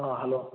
hello